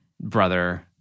brother